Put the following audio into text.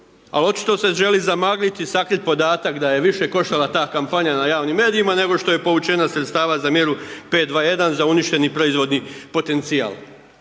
ali očito se želi zamagliti i sakrit podatak da je više koštala ta kampanja na javnim medijima nego što je povučeno sredstava za mjeru 5.2.1. za uništeni proizvodni potencijal